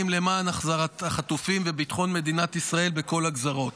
למען החזרת החטופים וביטחון מדינת ישראל בכל הגזרות.